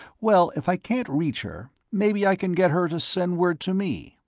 well, if i can't reach her, maybe i can get her to send word to me,